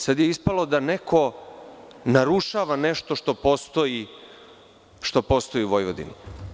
Sada je ispalo da neko narušava nešto što postoji u Vojvodini.